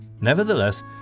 Nevertheless